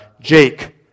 Jake